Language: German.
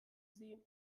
sehen